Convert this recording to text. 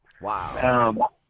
Wow